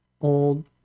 old